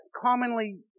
commonly